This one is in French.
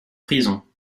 prison